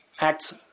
acts